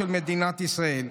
של מדינת ישראל.